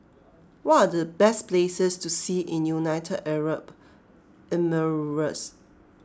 what are the best places to see in United Arab Emirates